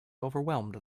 overwhelmed